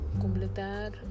completar